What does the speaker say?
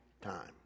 time